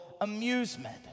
Amusement